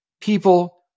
People